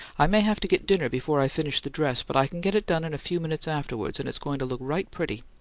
i may have to get dinner before i finish the dress, but i can get it done in a few minutes afterward, and it's going to look right pretty.